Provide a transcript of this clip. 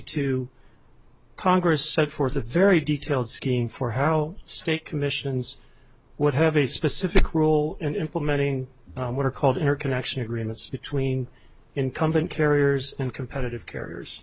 two congress set forth a very detailed scheme for how state commissions would have a specific role in implementing what are called interconnection agreements between incumbent carriers and competitive carriers